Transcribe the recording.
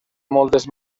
moltes